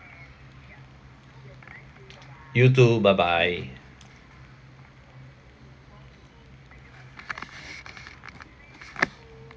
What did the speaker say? you too bye bye